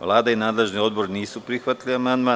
Vlada i nadležni odbor nisu prihvatili amandman.